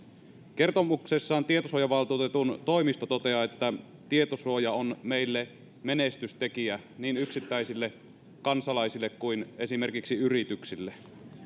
kertomuksessaan tietosuojavaltuutetun toimisto toteaa että tietosuoja on meille menestystekijä niin yksittäisille kansalaisille kuin esimerkiksi yrityksille